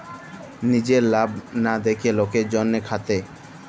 লিজের লাভ লা দ্যাখে লকের জ্যনহে খাটে